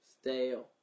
Stale